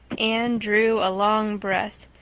anne drew a long breath.